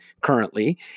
currently